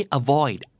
avoid